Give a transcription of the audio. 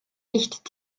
nicht